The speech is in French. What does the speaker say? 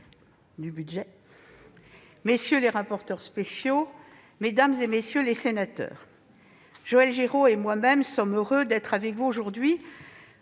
spéciaux, monsieur le rapporteur pour avis, mesdames, messieurs les sénateurs, Joël Giraud et moi-même sommes heureux d'être avec vous aujourd'hui